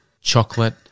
chocolate